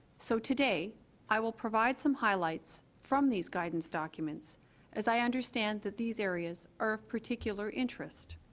so today i will provide some highlights from these guidance documents as i understand that these areas are particular interest